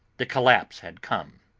the collapse had come,